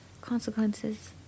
consequences